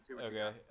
Okay